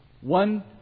One